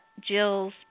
Jill's